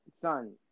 son